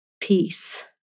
peace